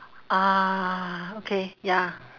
ah okay ya